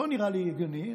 לא נראה לי הגיוני.